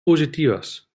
positives